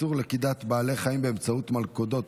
איסור לכידת בעלי חיים באמצעות מלכודות,